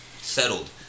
settled